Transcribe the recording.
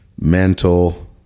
mental